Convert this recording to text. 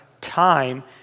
time